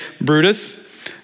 Brutus